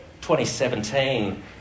2017